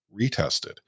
retested